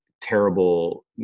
terrible